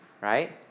right